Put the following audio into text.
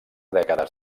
dècades